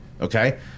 Okay